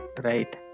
Right